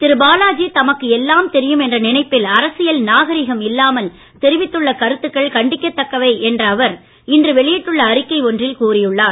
திரு பாலாஜி தமக்கு எல்லாம் தெரியும் என்ற நினைப்பில் அரசியல் நாகரீகம் இல்லாமல் தெரிவித்துள்ள கருத்துக்கள் கண்டிக்கதக்கவை என்ற அவர் இன்று வெளியிட்டுள்ள அறிக்கை ஒன்றில் கூறி உள்ளார்